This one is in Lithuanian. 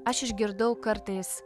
aš išgirdau kartais